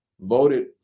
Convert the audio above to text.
voted